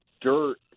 dirt